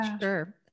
sure